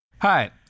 Hi